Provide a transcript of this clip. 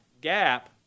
gap